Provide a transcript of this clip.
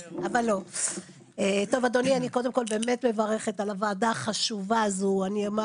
אני מקווה שאנחנו, חברי הוועדה כאן, נעלה